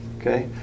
Okay